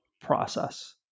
process